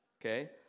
okay